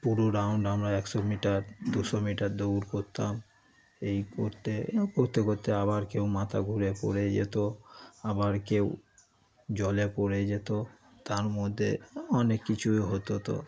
পুরো রাউন্ড আমরা একশো মিটার দুশো মিটার দৌড় করতাম এই করতে করতে করতে আবার কেউ মাথা ঘুরে পড়ে যেত আবার কেউ জলে পড়ে যেত তার মধ্যে অনেক কিছুই হতো তো